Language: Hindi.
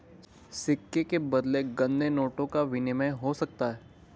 सिक्के के बदले गंदे नोटों का विनिमय हो सकता है